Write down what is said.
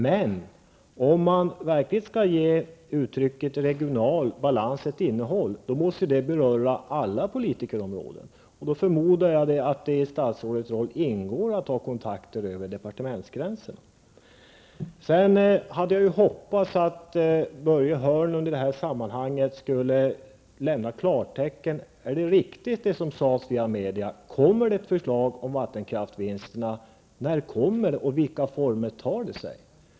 Men om man verkligen skall ge uttrycket regional balans ett innehåll måste det beröra alla områden inom politiken. Jag förmodar att det i statsrådets roll då ingår att ta kontakter över departementsgränserna. Jag hade hoppats att Börje Hörnlund i det här sammanhanget skulle verifiera om det var riktigt, som sades via media, att det kommer ett förslag om vattenkraftsvinsterna. När kommer det och vilka former tar det sig?